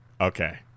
Okay